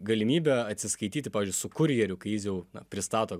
galimybė atsiskaityti su kurjeriu kai jis jau pristato